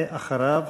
ואחריו,